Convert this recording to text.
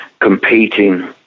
competing